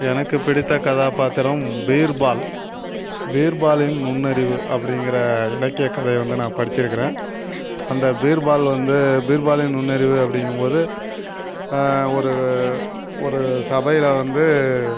எனக்கு பிடித்த கதாப்பாத்திரம் பீர்பால் பீர்பாலின் நுண்ணறிவு அப்படிங்கிற இலக்கிய கதையை வந்து நான் படிச்சிருக்குறேன் அந்த பீர்பால் வந்து பீர்பாலின் நுண்ணறிவு அப்படிங்கும் போது ஒரு ஒரு சபையில் வந்து